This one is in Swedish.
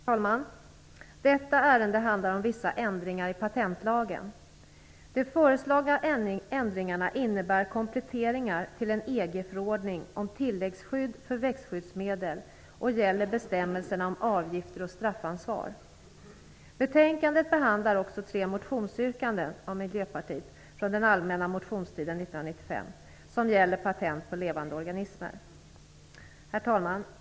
Herr talman! Detta ärende handlar om vissa ändringar i patentlagen. De föreslagna ändringarna innebär kompletteringar till en EG-förordning om tilläggsskydd för växtskyddsmedel och gäller bestämmelserna om avgifter och straffansvar. Betänkandet behandlar också tre motionsyrkanden av Miljöpartiet från den allmänna motionstiden 1995 som gäller patent på levande organismer. Herr talman!